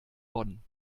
bonn